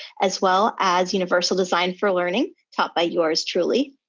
as well as universal design for learning taught by yours truly.